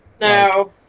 No